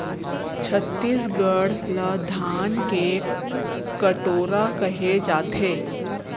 छत्तीसगढ़ ल धान के कटोरा कहे जाथे